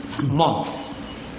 months